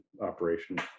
Operation